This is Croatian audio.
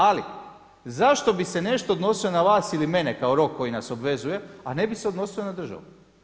Ali zašto bi se nešto odnosilo na vas ili mene kao rok koji nas obvezuje a ne bi se odnosio na državu.